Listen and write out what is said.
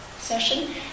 session